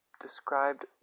described